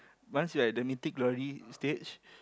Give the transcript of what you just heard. once you at the Mythic-Glory stage